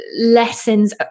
lessons